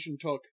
took